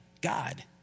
God